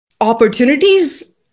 opportunities